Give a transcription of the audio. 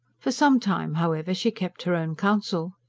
for some time, however, she kept her own counsel.